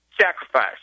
sacrifice